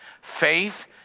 Faith